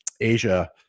Asia